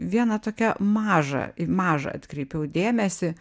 viena tokia maža į mažą atkreipiau dėmesį